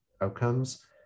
outcomes